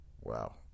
Wow